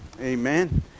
Amen